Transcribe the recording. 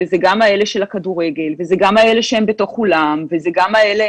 מדובר על זה שמותר כדורסל וכדורגל אבל אסור טניס.